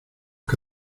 que